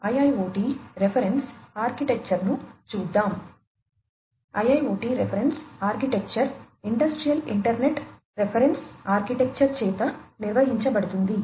IIoT reference architecture industrial internet reference architecture చేత నిర్వహించబడుతుంది